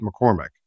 McCormick